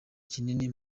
kinini